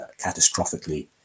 catastrophically